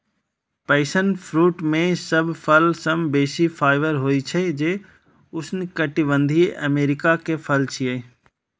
passion fruit मे सब फल सं बेसी फाइबर होइ छै, जे उष्णकटिबंधीय अमेरिका के फल छियै